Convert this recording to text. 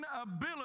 ability